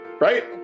right